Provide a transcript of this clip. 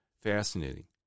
Fascinating